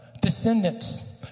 descendants